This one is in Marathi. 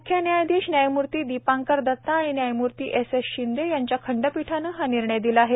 म्ख्य न्यायाधीश न्यायमूर्ती दीपांकर दता आणि न्यायमूर्ती एस एस शिंदे यांच्या खंडपीठानं हा निर्णय दिला आहे